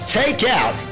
take-out